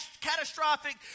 catastrophic